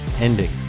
ending